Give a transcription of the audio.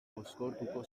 mozkortuko